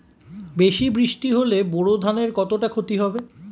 বেশি বৃষ্টি হলে বোরো ধানের কতটা খতি হবে?